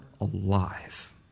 alive